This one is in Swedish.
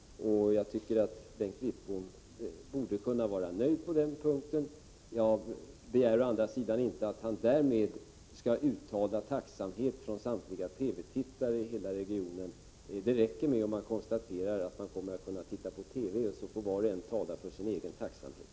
Jag tycker att Bengt Wittbom borde kunna vara nöjd på den punkten. Jag begär å andra sidan inte att han därmed också skall uttala tacksamhet från samtliga TV-tittare i hela regionen. Det räcker att de kan konstatera att de kommer att få regionala nyhetssändningar. Sedan får var och en tala för sin egen tacksamhet.